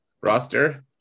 roster